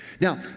Now